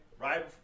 Right